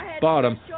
bottom